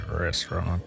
restaurant